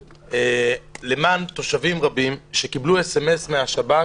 למען תושבים רבים, שקיבלו סמ"ס מהשב"כ,